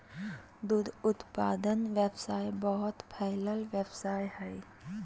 दूध उत्पादन व्यवसाय बहुत फैलल व्यवसाय हइ